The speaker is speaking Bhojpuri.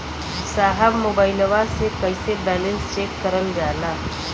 साहब मोबइलवा से कईसे बैलेंस चेक करल जाला?